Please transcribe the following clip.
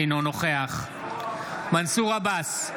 אינו נוכח מנסור עבאס,